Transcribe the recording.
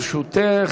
ראשונה.